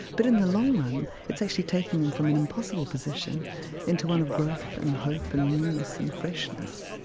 but in the long run it's actually taking them from an impossible position into one of growth, and hope, and newness, and freshness.